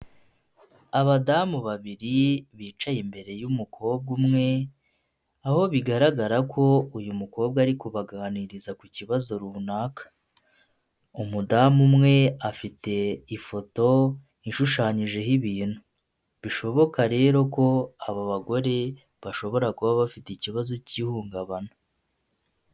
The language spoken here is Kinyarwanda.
Abadamu babiri bicaye imbere y'umukobwa umwe aho bigaragara ko uyu mukobwa ari baganiriza ku kibazo runaka. Umudamu umwe afite ifoto ishushanyijeho ibintu bishoboka rero ko aba bagore bashobora kuba bafite ikibazo cy'ihungabana.